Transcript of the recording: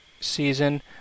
season